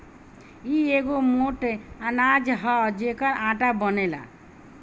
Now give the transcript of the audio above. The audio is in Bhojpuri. इ एगो मोट अनाज हअ जेकर आटा बनेला